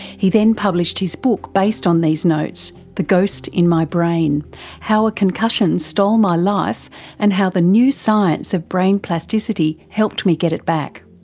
he then published his book based on these notes, the ghost in my brain how a concussion stole my life and how the new science of brain plasticity helped me get it back.